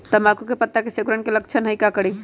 तम्बाकू के पत्ता में सिकुड़न के लक्षण हई का करी?